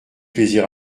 plaisir